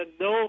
No